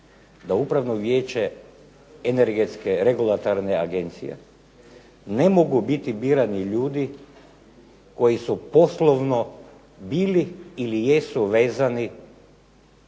da Upravnog vijeće Energetske regulatorne agencije ne mogu biti birani ljudi koji su poslovno bili ili jesu vezani